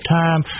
time